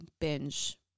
binge